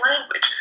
language